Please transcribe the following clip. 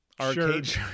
arcade